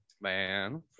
man